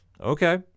Okay